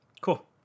Cool